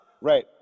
Right